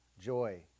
joy